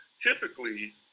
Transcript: typically